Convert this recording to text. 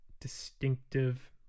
distinctive